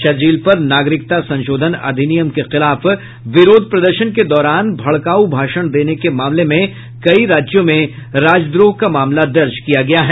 शरजील पर नागरिकता संशोधन अधिनियम के खिलाफ विरोध प्रदर्शन के दौरान भड़काऊ भाषण देने के मामले में कई राज्यों में राजद्रोह का मामले दर्ज किया गया है